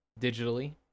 digitally